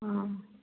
ம்